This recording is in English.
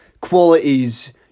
qualities